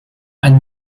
ein